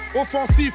Offensif